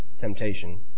temptation